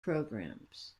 programs